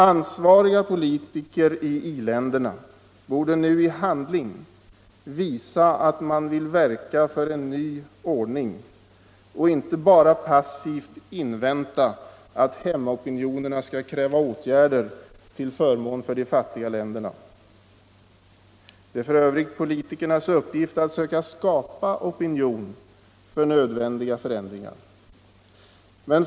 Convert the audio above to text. Ansvariga politiker i i-länderna borde nu i handling visa att man vill verka för en ny ekonomisk världsordning och inte bara passivt invänta att hemmaopinionerna skall kräva åtgärder till förmån för de fattiga länderna. Det är f. ö. politikernas uppgift att söka skapa opinion för nödvändiga förändringar.